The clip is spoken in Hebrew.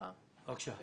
אם כן,